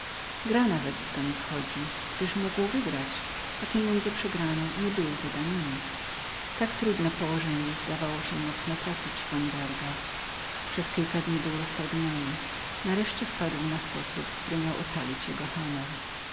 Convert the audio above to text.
gra nawet w to nie wchodziła gdyż mógł wygrać a pieniądze przegrane nie były wydanemi tak trudne położenie zdawało się mocno trapić vanberga przez kilka dni był roztargniony nareszcie wpadł na sposób który miał ocalić jego honor